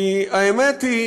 כי האמת היא